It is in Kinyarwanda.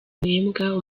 uhembwa